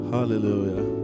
Hallelujah